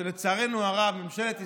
שלצערנו הרב, ממשלת ישראל,